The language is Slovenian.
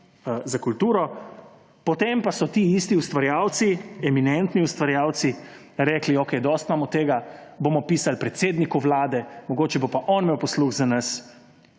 za kulturo, potem pa so ti isti ustvarjalci, eminentni ustvarjalci, rekli, da okej, dosti imamo tega, bomo pisali predsedniku Vlade, mogoče bo pa on imel posluh za nas.